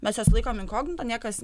mes juos laikom inkognito niekas